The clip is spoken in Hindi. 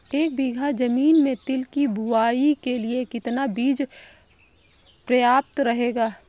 एक बीघा ज़मीन में तिल की बुआई के लिए कितना बीज प्रयाप्त रहेगा?